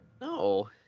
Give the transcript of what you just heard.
No